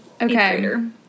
okay